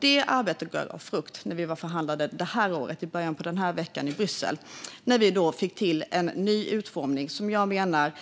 Det arbetet gav frukt när vi förhandlade i början av denna vecka i Bryssel. Vi fick där till en ny utformning som jag menar